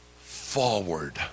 forward